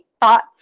thoughts